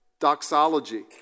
doxology